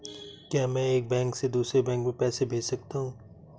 क्या मैं एक बैंक से दूसरे बैंक में पैसे भेज सकता हूँ?